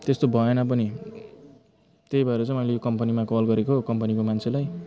त्यस्तो भएन पनि त्यही भएर चाहिँ मैले यो कम्पनीमा कल गरेको कम्पनीको मान्छेलाई